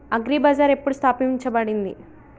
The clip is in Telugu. అగ్రి బజార్ ఎప్పుడు స్థాపించబడింది?